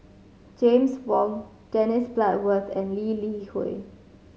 James Wong Dennis Bloodworth and Lee Li Hui